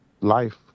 life